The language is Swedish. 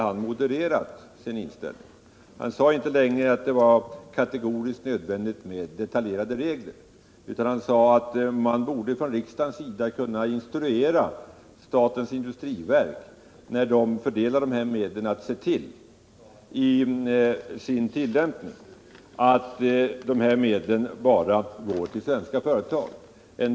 Han sade inte längre att det var kategoriskt nödvändigt med detaljerade regler, utan att man från riksdagens sida borde kunna instruera statens industriverk, när det fördelar pengarna, att i sin tillämpning se till att dessa enbart går till svenska företag.